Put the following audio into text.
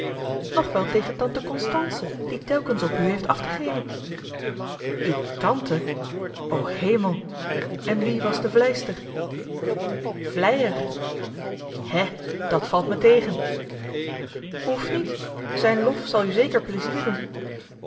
nog wel tegen tante constance die telkens op u heeft af te geven uw tante o hemel en wie was de vleister vleier hè dat valt me tegen hoeft niet zijn lof zal u zeker plezier doen